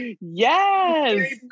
Yes